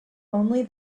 only